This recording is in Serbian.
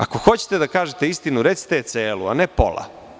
Ako hoćete da kažete istinu, recite je celu a ne pola.